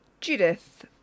Judith